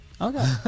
Okay